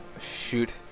Shoot